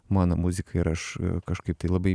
mano muzika ir aš kažkaip tai labai